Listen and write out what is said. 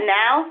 now